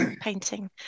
painting